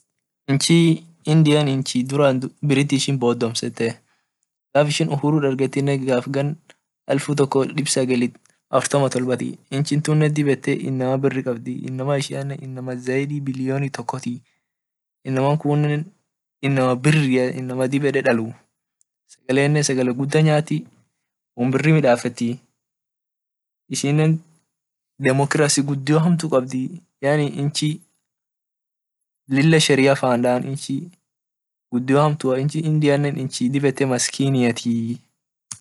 Inchi india duran british bodomsete gaf ishin uhuru dargetgaf gan alfu toko dib sagali afurtama tolbat inchi tune dib et inam biri qabd inama ishiane inama zaidi billioni tokot inama kune inama biria inama dib ed dalu sagale guda nyati wonbiri midasit ishine democracia gudoa hamtu qabd yaani inchi lila sheria fan dan inchi gudio hamtua dibeet maskini.